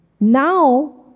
Now